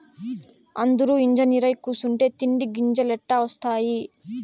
అందురూ ఇంజనీరై కూసుంటే తిండి గింజలెట్టా ఒస్తాయి